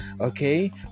okay